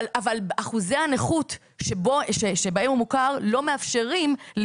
אבל אחוזי הנכות שבהם הוא מוכר לא מאפשרים לו,